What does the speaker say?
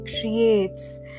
creates